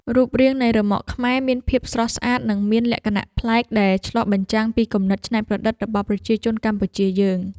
រូបរាងនៃរ៉ឺម៉កខ្មែរមានភាពស្រស់ស្អាតនិងមានលក្ខណៈប្លែកដែលឆ្លុះបញ្ចាំងពីគំនិតច្នៃប្រឌិតរបស់ប្រជាជនកម្ពុជាយើង។